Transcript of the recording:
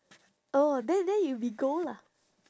oh then then you be gold lah